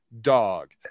dog